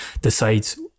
decides